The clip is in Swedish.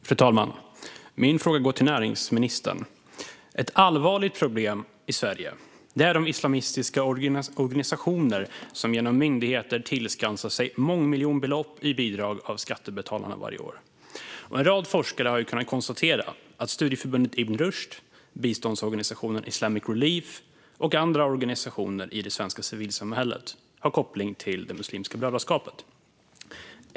Fru talman! Min fråga går till näringsministern. Ett allvarligt problem i Sverige är de islamistiska organisationer som genom myndigheter varje år tillskansar sig mångmiljonbelopp i bidrag av skattebetalarna. En rad forskare har kunnat konstatera att studieförbundet Ibn Rushd, biståndsorganisationen Islamic Relief och andra organisationer i det svenska civilsamhället har koppling till Muslimska brödraskapet.